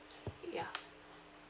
ya